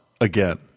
again